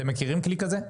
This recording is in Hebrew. אתם מכירים כלי כזה?